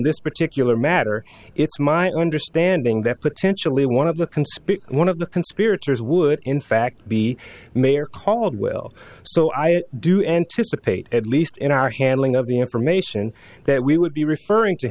this particular matter it's my understanding that potentially one of the conspiracy one of the conspirators would in fact be mayor caldwell so i do anticipate at least in our handling of the information that we would be referring to